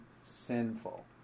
sinful